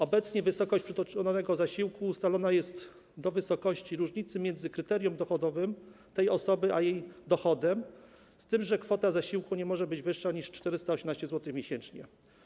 Obecnie wysokość przytoczonego zasiłku ustalona jest do wysokości różnicy między kryterium dochodowym tej osoby a jej dochodem, z tym że kwota zasiłku nie może być wyższa niż 418 zł miesięcznie.